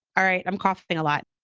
all right i'm coughing a lot,